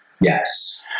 Yes